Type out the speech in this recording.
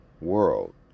world